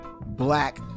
black